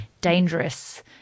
dangerous